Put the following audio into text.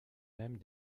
mêmes